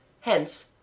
Hence